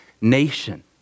nation